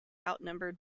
outnumbered